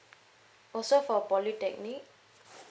also for polytechnic